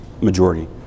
Majority